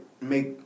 make